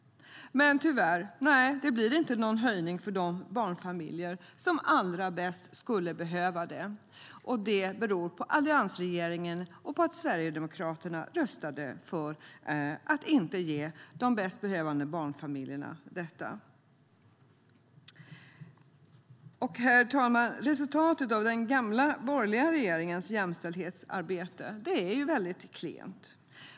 Herr talman! Resultatet av den gamla borgerliga regeringens jämställdhetsarbete är klent.